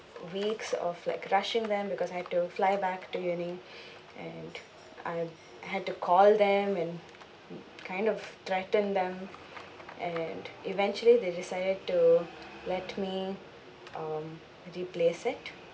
weeks of like rushing them because I had to fly back to uni and I had to call them and kind of threatened them and eventually they decided to let me um replace it